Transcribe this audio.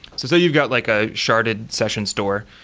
so so you've got like a sharded session store.